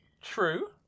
True